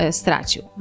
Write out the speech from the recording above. stracił